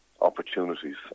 opportunities